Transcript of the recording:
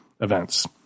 events